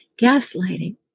gaslighting